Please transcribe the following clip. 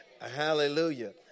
Hallelujah